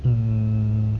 mm